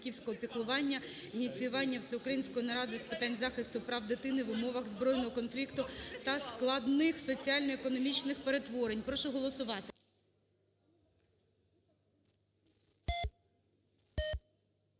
ініціювання Всеукраїнської наради з питань захисту прав дитини в умовах збройного конфлікту та складних соціально-економічних перетворень. Прошу голосувати.